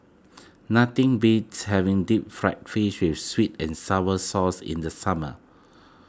nothing beats having Deep Fried Fish with Sweet and Sour Sauce in the summer